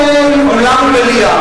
אני מודה פה בפני אולם ומליאה.